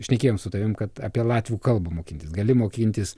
šnekėjom su tavim kad apie latvių kalbą mokintis gali mokintis